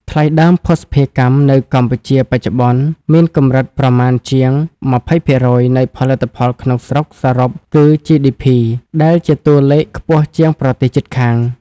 ថ្លៃដើមភស្តុភារកម្មនៅកម្ពុជាបច្ចុប្បន្ន មានកម្រិតប្រមាណជាង ២០% នៃផលិតផលក្នុងស្រុកសរុប (គឺ GDP) ដែលជាតួលេខខ្ពស់ជាងប្រទេសជិតខាង។